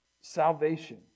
salvation